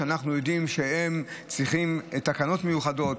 שאנחנו יודעים שהם צריכים תקנות מיוחדות